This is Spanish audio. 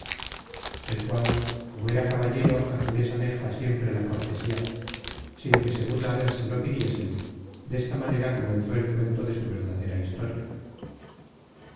el cual como era caballero á quien es aneja siempre la cortesía sin que segunda vez se lo pidiesen desta manera comenzó el cuento de su verdadera historia